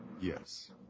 Yes